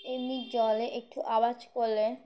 এমনি জলে একটু আওয়াজ করলে